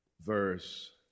verse